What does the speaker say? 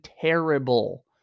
terrible